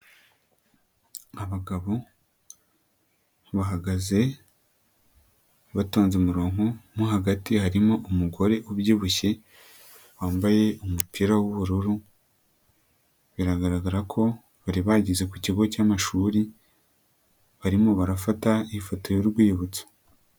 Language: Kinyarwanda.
Abagabo bahagaze batonze umurongo, mo hagati harimo umugore ubyibushye wambaye umupira w'ubururu, biragaragara ko bari bageze ku Kigo cy'Amashuri, barimo barafata ifoto y'urwibutso.